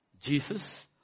Jesus